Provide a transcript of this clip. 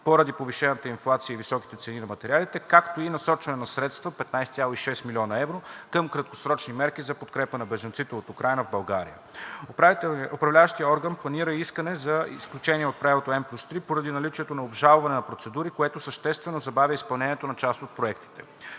поради повишената инфлация и високите цени на материалите, както и насочване на средства – 15,6 млн. евро, към краткосрочни мерки за подкрепа на бежанците от Украйна в България. Управляващият орган планира искане за изключение от правилото N+3 поради наличието на обжалване на процедури, което съществено забавя изпълнението на част от проектите.